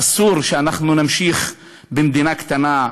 אסור שאנחנו נמשיך במדינה קטנה,